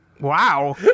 Wow